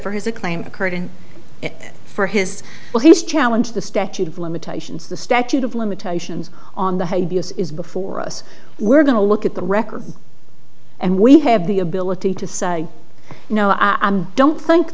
for his a claim occurred and for his will his challenge the statute of limitations the statute of limitations on the hague is before us we're going to look at the record and we have the ability to say no i don't think